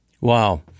Wow